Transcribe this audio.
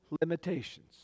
limitations